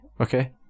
okay